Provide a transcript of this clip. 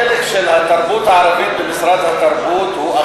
החלק של התרבות הערבית במשרד התרבות הוא,